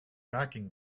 backing